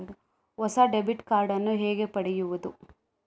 ಹೊಸ debit card ನ್ನು ಹೇಗೆ ಪಡೆಯುದು?